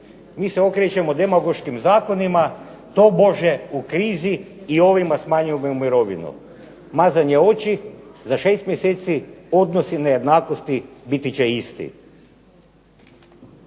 mi se okrećemo demagoškim zakonima tobože u krizi i ovima smanjujemo mirovinu. Mazanje oči, za šest mjeseci odnosi nejednakosti biti će isti.